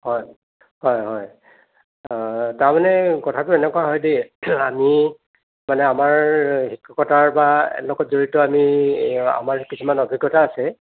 হয় হয় হয় তাৰমানে কথাটো এনেকুৱা হয় দেই আমি মানে আমাৰ শিক্ষকতাৰ বা লগত জড়িত আমি আমাৰ কিছুমান অভিজ্ঞতা আছে